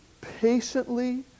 patiently